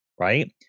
right